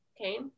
okay